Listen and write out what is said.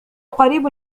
قريب